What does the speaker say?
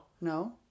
No